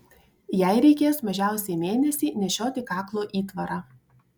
jai reikės mažiausiai mėnesį nešioti kaklo įtvarą